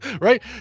Right